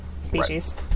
species